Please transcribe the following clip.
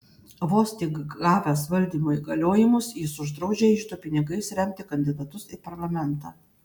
vos tik gavęs valdymo įgaliojimus jis uždraudžia iždo pinigais remti kandidatus į parlamentą